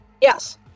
Yes